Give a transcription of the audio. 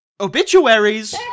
obituaries